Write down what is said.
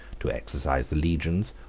to exercise the legions,